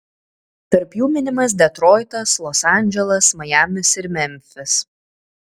tarp jų minimas detroitas los andželas majamis ir memfis